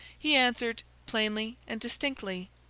he answered, plainly and distinctly,